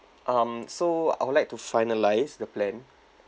um so I would like to finalise the plan